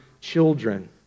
children